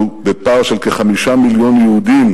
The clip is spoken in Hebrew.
אנחנו בפער יהודים של כ-5 מיליון יהודים